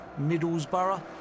Middlesbrough